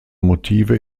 motive